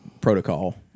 protocol